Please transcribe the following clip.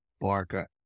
barker